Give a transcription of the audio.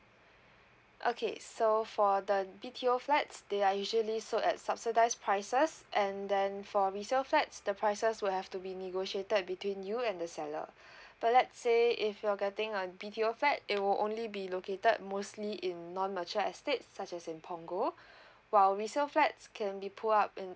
okay so for the B_T_O flats they are usually sold at subsidize prices and then for resale flats the prices will have to be negotiated between you and the seller but let's say if you're getting a B_T_O fat it will only be located mostly in non mature estates such as in punggol while resale flats can be pulled up in